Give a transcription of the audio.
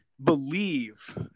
believe